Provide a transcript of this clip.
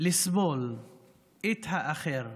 לסבול את האחר.